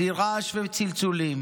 בלי רעש וצלצולים,